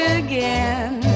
again